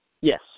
Yes